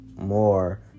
more